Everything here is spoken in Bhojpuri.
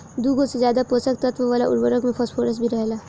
दुगो से ज्यादा पोषक तत्व वाला उर्वरक में फॉस्फोरस भी रहेला